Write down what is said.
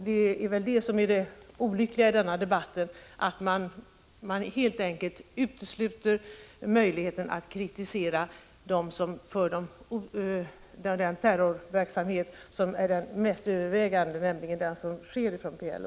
Det är det som är det olyckliga i denna debatt — att man helt enkelt utesluter möjligheten att kritisera den terrorverksamhet som är mest övervägande, nämligen den som bedrivs från PLO.